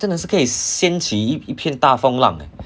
真的是可以掀起一片大风浪 leh